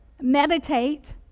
Meditate